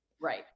Right